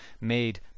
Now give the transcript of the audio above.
made